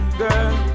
girl